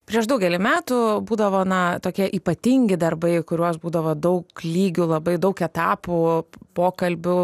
prieš daugelį metų būdavo na tokie ypatingi darbai kuriuos būdavo daug lygių labai daug etapų pokalbių